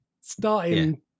starting